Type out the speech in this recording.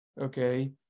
okay